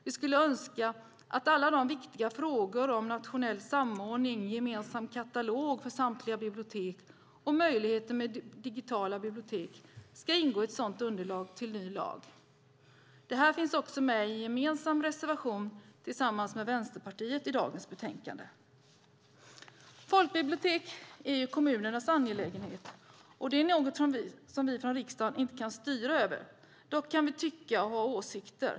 Vi skulle önska att alla viktiga frågor om nationell samordning, gemensam katalog för samtliga bibliotek och möjligheten med digitala bibliotek ingick i ett sådant underlag till ny lag. Detta har vi med i en med Vänsterpartiet gemensam reservation i betänkandet. Folkbibliotek är kommunernas angelägenhet. Det är något vi från riksdagen inte kan styra över. Dock kan vi tycka, ha åsikter.